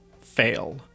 fail